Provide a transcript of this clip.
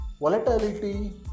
Volatility